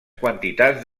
quantitats